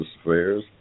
affairs